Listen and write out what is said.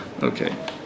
Okay